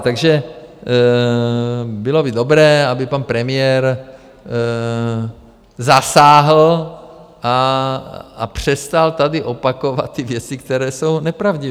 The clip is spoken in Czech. Takže bylo by dobré, aby pan premiér zasáhl a přestal tady opakovat ty věci, které jsou nepravdivé.